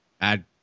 add